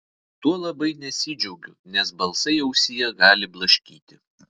tuo labai nesidžiaugiu nes balsai ausyje gali blaškyti